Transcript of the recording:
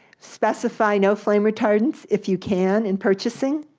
specify no flame retardants if you can in purchasing.